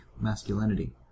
masculinity